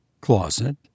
Closet